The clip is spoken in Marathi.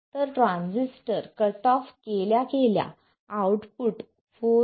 तर ट्रान्झिस्टर कट ऑफ केल्या केल्या आउटपुट 4